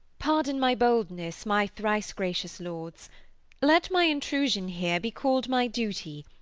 pardon my boldness, my thrice gracious lords let my intrusion here be called my duty,